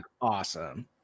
awesome